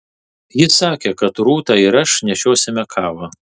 jis sakė kad rūta ir aš nešiosime kavą